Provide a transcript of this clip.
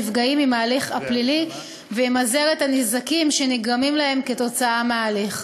הנפגעים עם ההליך הפלילי וימזער את הנזקים שנגרמים להם כתוצאה מההליך.